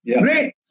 great